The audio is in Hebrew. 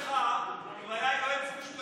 חלאס הוא היה יועץ משפטי,